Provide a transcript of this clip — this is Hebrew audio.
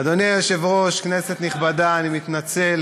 אדוני היושב-ראש, כנסת נכבדה, אני מתנצל